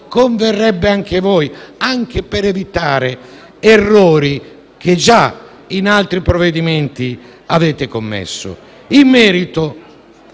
converrebbe anche a voi, per evitare errori che già in altri provvedimenti avete commesso.